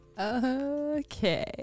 Okay